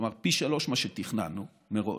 כלומר פי שלושה ממה שתכננו מראש,